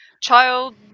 child